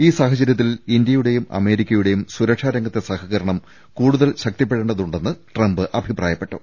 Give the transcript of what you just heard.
ഈ സാഹചര്യത്തിൽ ഇന്ത്യയുടെയും അമേരിക്കയുടെയും സുരക്ഷാ രംഗത്തെ സഹകരണം കൂടുതൽ ശക്തിപ്പെടേണ്ടതുണ്ടെന്ന് ട്രംപ് അഭി പ്രായപ്പെട്ടു